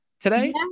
today